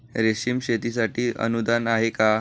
रेशीम शेतीसाठी अनुदान आहे का?